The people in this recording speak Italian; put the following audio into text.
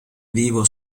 vivo